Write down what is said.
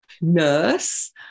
nurse